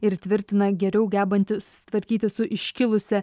ir tvirtina geriau gebanti tvarkytis su iškilusia